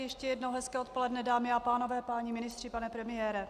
Ještě jednou hezké odpoledne, dámy a pánové, páni ministři, pane premiére.